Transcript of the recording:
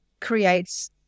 creates